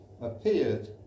appeared